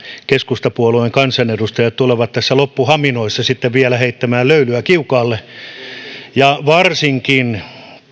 keskustapuolueen kansanedustajat tulevat tässä loppuhaminoissa sitten vielä heittämään löylyä kiukaalle varsinkin